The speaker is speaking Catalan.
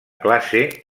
classe